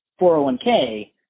401k